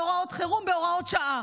יש לנו סמכות בהוראות חירום, בהוראות שעה.